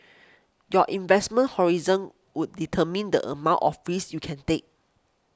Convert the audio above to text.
your investment horizon would determine the amount of frays you can take